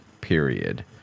Period